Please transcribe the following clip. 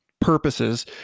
purposes